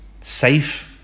Safe